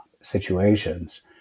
situations